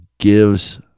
gives